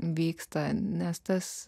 vyksta nes tas